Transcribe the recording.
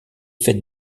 faite